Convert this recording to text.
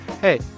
hey